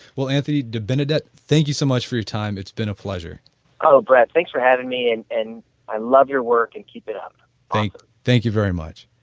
well, anthony debenedet, thank you so much for your time, it's been a pleasure oh brett, thanks for having me and and i love your work and keep it up thank thank you very much.